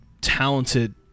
talented